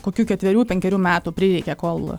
kokių ketverių penkerių metų prireikė kol